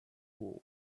war